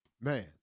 Man